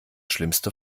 schlimmste